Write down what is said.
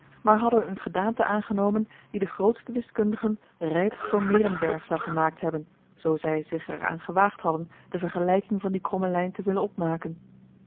maar hadden eene gedaante aangenomen die de grootste wiskundigen rijp voor meerenberg zou gemaakt hebben zoo zij zich er aan gewaagd hadden de vergelijking van die george een ongeluksvogel kromme lijn te willen opmaken